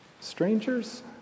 strangers